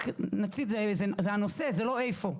נוציא זה הנושא, זה לא איפה.